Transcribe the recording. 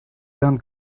bern